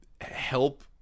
help